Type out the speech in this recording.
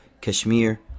Kashmir